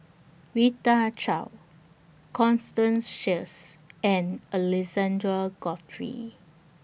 Rita Chao Constance Sheares and Alexander Guthrie